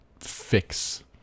fix